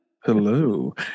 Hello